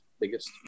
biggest